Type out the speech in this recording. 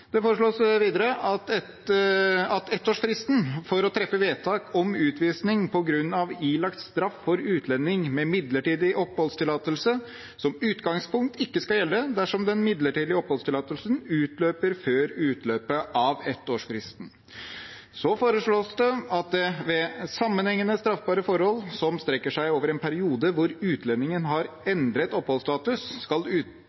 Det foreslås videre at ettårsfristen for å treffe vedtak om utvisning på grunn av ilagt straff for utlending med midlertidig oppholdstillatelse som utgangspunkt ikke skal gjelde dersom den midlertidige oppholdstillatelsen utløper før utløpet av ettårsfristen. Så foreslås det at ved sammenhengende straffbare forhold som strekker seg over en periode hvor utlendingen har endret oppholdsstatus, skal